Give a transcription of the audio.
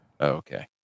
Okay